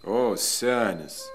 o senis